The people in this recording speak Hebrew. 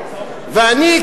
ואני,